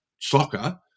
soccer